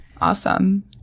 Awesome